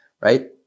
right